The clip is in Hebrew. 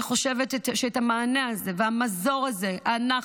אני חושבת שאת המענה הזה והמזור הזה אנחנו